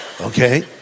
okay